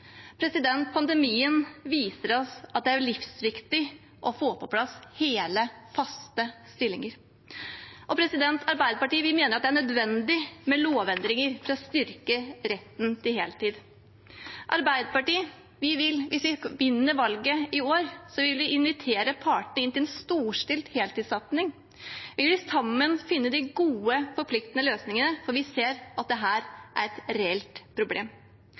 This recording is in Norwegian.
Pandemien viser oss at det er livsviktig å få på plass hele, faste stillinger. Arbeiderpartiet mener det er nødvendig med lovendringer for å styrke retten til heltid. Hvis vi vinner valget i år, vil Arbeiderpartiet invitere partene inn til en storstilt heltidssatsing. Vi vil sammen finne de gode, forpliktende løsningene, for vi ser at dette er et reelt problem.